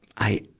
i,